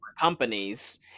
companies